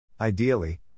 Ideally